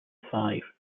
five